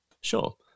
Sure